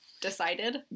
decided